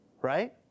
right